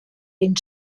den